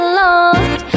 lost